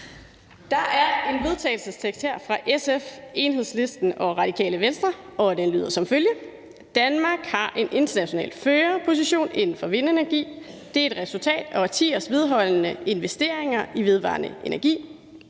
Der er en vedtagelsestekst fra SF, Enhedslisten og Radikale Venstre, og den lyder som følger: Forslag til vedtagelse »Danmark har en international førerposition inden for vindenergi. Det er et resultat af årtiers vedholdende investeringer i vedvarende energi.